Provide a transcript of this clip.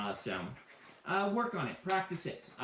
so work on it. practice it.